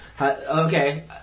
Okay